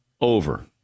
Over